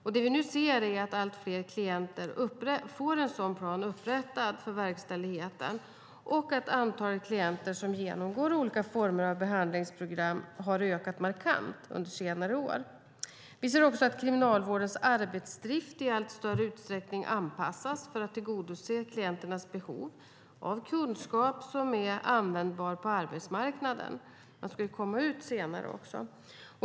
Vad vi nu ser är att det för allt fler klienter upprättas en individuell plan för verkställigheten och att antalet klienter som genomgår olika former av behandlingsprogram har också ökat markant under senare år. Vi ser också att Kriminalvårdens arbetsdrift i allt större utsträckning anpassas till att tillgodose klienternas behov av kunskap som är användbar på arbetsmarknaden. De ska komma ut senare också.